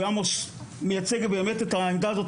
ועמוס מייצג את העמדה הזאת.